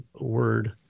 Word